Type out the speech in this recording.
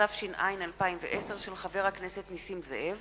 התש"ע 2010, של חבר הכנסת נסים זאב,